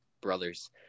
brothers